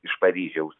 iš paryžiaus